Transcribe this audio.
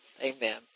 Amen